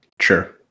Sure